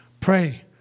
Pray